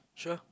sure